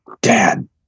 dad